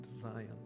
Zion